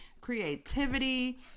creativity